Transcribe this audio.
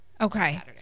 Okay